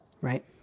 Right